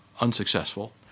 unsuccessful